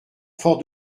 fort